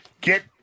Get